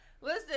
listen